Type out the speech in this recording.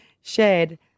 shared